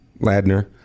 Ladner